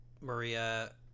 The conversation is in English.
Maria